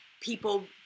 people